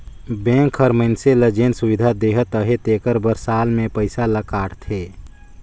bank हर मइनसे ल जेन सुबिधा देहत अहे तेकर बर साल में पइसा ल काटथे